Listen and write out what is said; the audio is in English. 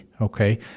okay